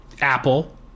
Apple